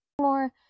more